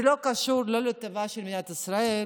זה לא קשור לא לטבעה של מדינת ישראל,